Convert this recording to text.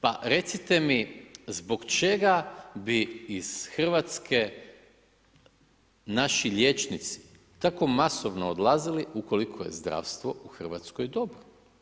Pa recite mi zbog čega bi iz Hrvatske naši liječnici tako masovno odlazili ukoliko je zdravstvo u Hrvatskoj dobro.